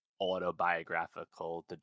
autobiographical